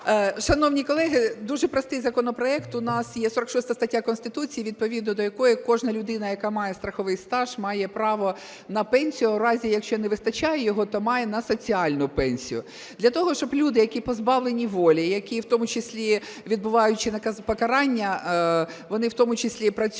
Шановні колеги, дуже простий законопроект. У нас є 46 стаття Конституції, відповідно до якої кожна людина, яка має страховий стаж, має право на пенсію, а в разі, якщо не вистачає його, то має на соціальну пенсію. Для того, щоб люди, які позбавлені волі, які в тому числі відбуваючи покарання, вони в тому числі працюють